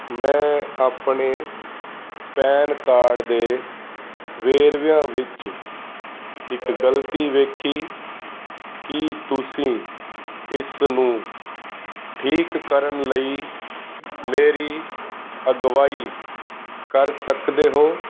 ਮੈਂ ਆਪਣੇ PAN card ਦੇ ਵੇਰਵਿਆਂ ਵਿੱਚ ਇੱਕ ਗਲਤੀ ਵੇਖੀ ਕੀ ਤੁਸੀਂ ਇਸ ਨੂੰ ਠੀਕ ਕਰਨ ਲਈ ਮੇਰੀ ਅਗਵਾਈ ਕਰ ਸਕਦੇ ਹੋ